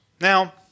Now